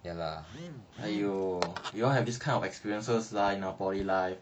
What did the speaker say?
!aiyo! we all have this kind of experiences lah in our poly life